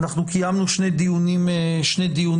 אנחנו קיימנו שני דיונים עקרוניים,